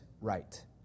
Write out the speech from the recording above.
right